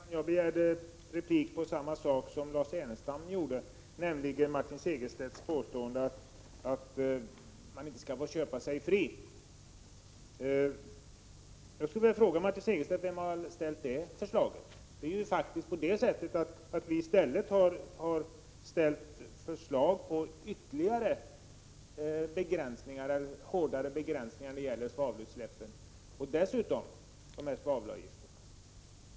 Herr talman! Jag begärde replik av samma skäl som Lars Ernestam, nämligen Martin Segerstedts påstående att man inte skall få köpa sig fri. Jag skulle vilja fråga Martin Segerstedt: Vem har föreslagit att man skall kunna göra det? Faktum är ju att vi har lagt fram förslag om hårdare begränsning av svavelutsläppen och dessutom svavelavgifter.